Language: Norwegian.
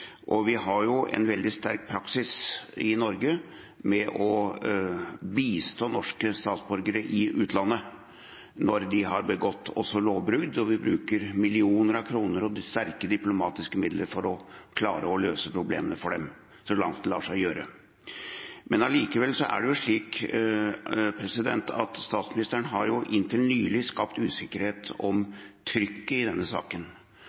Vi har en veldig sterk praksis i Norge med å bistå norske statsborgere i utlandet også når de har begått lovbrudd. Vi bruker millioner av kroner og sterke diplomatiske midler for å klare å løse problemene for dem, så langt det lar seg gjøre. Allikevel er det slik at statsministeren inntil nylig har skapt usikkerhet om trykket i denne saken,